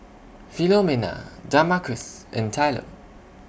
Philomena Damarcus and Tylor